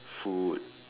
food